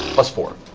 plus four,